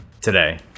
today